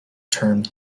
termed